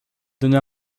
donné